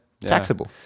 taxable